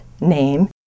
name